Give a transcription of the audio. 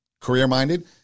career-minded